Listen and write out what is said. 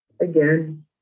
again